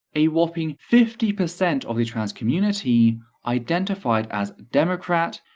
a whopping fifty percent of the trans community identified as democrat,